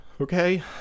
okay